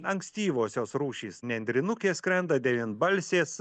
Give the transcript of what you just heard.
ankstyvosios rūšys nendrinukės skrenda devynbalsės